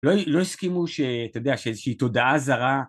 לא הסכימו שאתה יודע שאיזושהי תודעה זרה